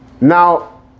Now